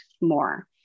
more